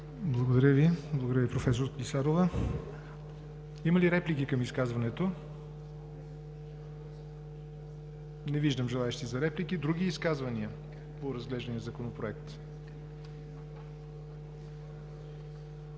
ЯВОР НОТЕВ: Благодаря Ви, професор Клисарова. Има ли реплики към изказването? Не виждам желаещи за реплики. Други изказвания по разглеждания Законопроект?